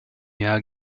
jahr